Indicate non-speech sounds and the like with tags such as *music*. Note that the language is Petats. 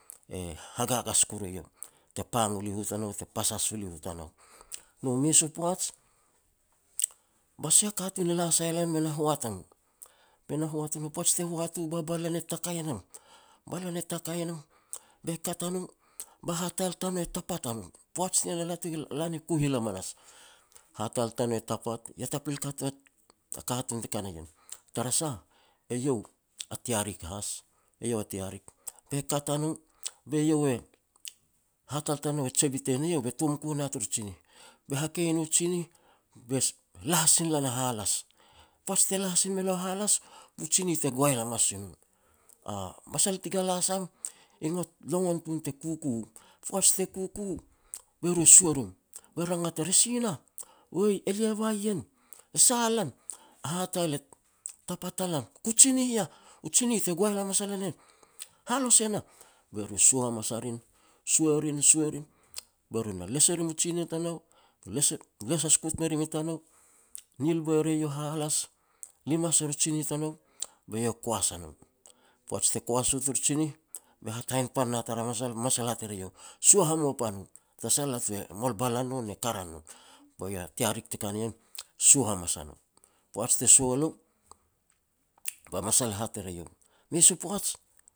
hagagas koru eiau te pang u liho tanou, te pasas u liho tanou. Nu mes u poaj ba sia katun e la sai lan be na hoat a no, be na hoat a no. Poaj te na hoat u ba balan e takai nam, balan e takai nam be kat a no ba hatal tanou e tapat a no. Poaj ni ien a latu e la ni kuhil. Hatal tanou e tapat ia ta pil kat u a katun te ka na ien, tara sah iau a tiarik has, iau a tiarik. Be kat a no, be iau e *unintelligible* hatal tanou e jia bitan eiau be tom ku na tur tsinih. Be hakei e no tsinih, be lah sin lan a halas, poaj te lah sin me lau a halas, bu tsinih te guail hamas si no. A masal ti galas am, i ngot longon tun te kuku u. Poaj te kuku u be ru e sua rim be rangat ar, "E si nah", "Oih, elia ba ien", "E sah lan", "A hatal e tapat a lan", "Ku tsinish i yah", "U tsinih te guail hamas lan e heh", "Halos e nah". Be ru e sua rin be ru na les e rim u tsinih tanou, be les hahikut be rim i tanou, nil boi e re iau a halas, limas er u tsinih tanou, be iau e koas. Poaj te kuas u tur tsinih, be hat hainpan na tara masal, masal hat er eiau, "Sua hamua pan nu, tara sah latu e mol balan no ne karan no". Be iau tiarik te ka na ien sua hamas a no. Poaj te sua ua lou, *noise* ba masal e hat er eiau, "Mes u poaj,